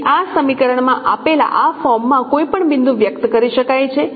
તેથી આ સમીકરણ માં આપેલા આ ફોર્મમાં કોઈપણ બિંદુ વ્યક્ત કરી શકાય છે